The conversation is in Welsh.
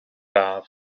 haf